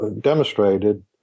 demonstrated